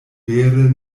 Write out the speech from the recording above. vere